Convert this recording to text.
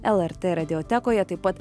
lrt radiotekoje taip pat